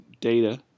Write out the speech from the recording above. data